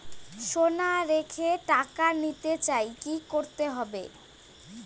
সোনা রেখে টাকা নিতে চাই কি করতে হবে?